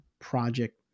project